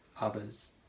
others